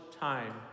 time